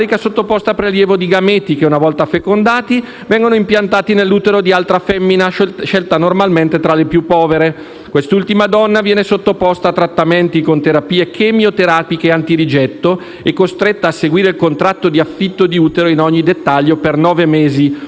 sottoposta a prelievo di gameti che, una volta fecondati, vengono impiantati nell'utero di un'altra femmina, scelta normalmente tra le più povere. Quest'ultima donna viene sottoposta a trattamenti con terapie chemioterapiche antirigetto ed è costretta a seguire il contratto di affitto di utero in ogni dettaglio per nove mesi.